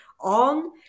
on